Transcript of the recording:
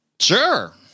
Sure